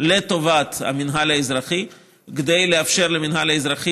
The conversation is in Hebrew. לטובת המינהל האזרחי כדי לאפשר למינהל האזרחי